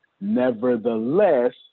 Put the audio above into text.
nevertheless